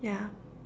yeah